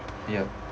yup